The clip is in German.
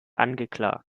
angeklagt